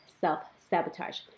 self-sabotage